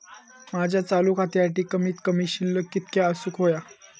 माझ्या चालू खात्यासाठी कमित कमी शिल्लक कितक्या असूक होया?